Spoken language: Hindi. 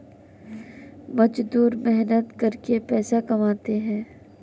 मजदूर मेहनत करके पैसा कमाते है